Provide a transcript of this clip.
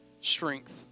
strength